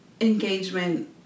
engagement